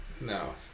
No